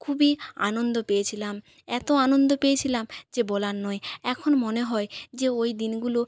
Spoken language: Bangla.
খুবই আনন্দ পেয়েছিলাম এত আনন্দ পেয়েছিলাম যে বলার নয় এখন মনে হয় যে ওই দিনগুলো